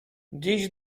dziś